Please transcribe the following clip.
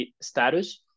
status